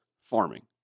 farming